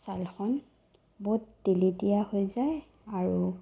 ছালখন বহুত তেলেতীয়া হৈ যায় আৰু